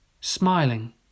Smiling